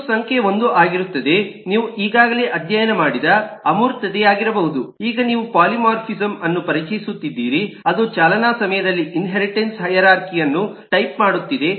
ಇದು ಸಂಖ್ಯೆ 1 ಆಗಿರುತ್ತದೆ ನೀವು ಈಗಾಗಲೇ ಅಧ್ಯಯನ ಮಾಡಿದ ಅಮೂರ್ತತೆಯಾಗಿರಬಹುದು ಈಗ ನೀವು ಪಾಲಿಮಾರ್ಫಿಸಂ ಅನ್ನು ಪರಿಚಯಿಸುತ್ತಿದ್ದೀರಿ ಅದು ಚಾಲನಾ ಸಮಯದಲ್ಲಿ ಇನ್ಹೇರಿಟನ್ಸ್ ಹೈರಾರ್ಖಿ ಅನ್ನು ಟೈಪ್ ಮಾಡುತ್ತಿದೆ